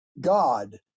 God